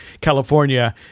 California